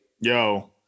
Yo